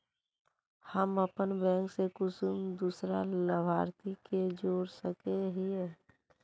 हम अपन बैंक से कुंसम दूसरा लाभारती के जोड़ सके हिय?